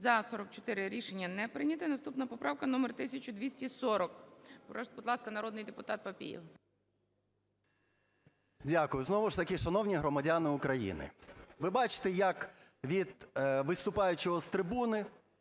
За-44 Рішення не прийнято. Наступна поправка номер 1240. Прошу, будь ласка, народний депутат Папієв. 11:02:01 ПАПІЄВ М.М. Дякую. Знову ж таки, шановні громадяни України, ви бачите, як від виступаючого з трибуни